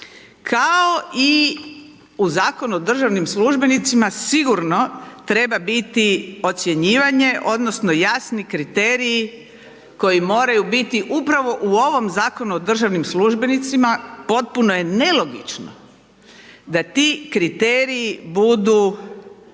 kao i u Zakonu o državnim službenicima, sigurno treba biti ocjenjivanje, odnosno, jasni kriteriji, koji moraju biti upravo u ovom Zakonu o državnim službenicima, potpuno je nelogično da ti kriteriji budu